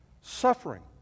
suffering